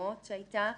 לתקנות שהייתה